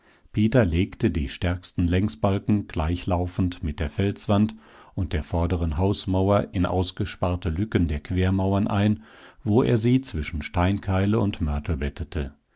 peter legte die stärksten längsbalken gleichlaufend mit der felswand und der vorderen hausmauer in ausgesparte lücken der quermauern ein wo er sie zwischen steinkeile und mörtel bettete